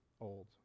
old